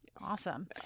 awesome